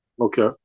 Okay